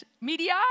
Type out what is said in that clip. media